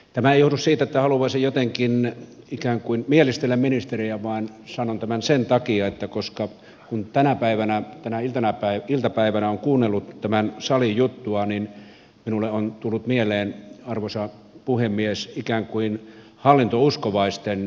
tämä ei johdu siitä että haluaisin jotenkin ikään kuin mielistellä ministeriä vaan sanon tämän sen takia että kun tänä iltapäivänä on kuunnellut tämän salin juttua niin minulle on tullut mieleen arvoisa puhemies ikään kuin hallintouskovaisten kesäkokous